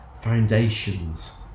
foundations